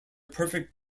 perfect